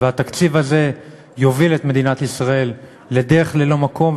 והתקציב הזה יוביל את מדינת ישראל לדרך ללא מוצא,